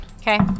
Okay